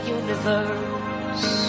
universe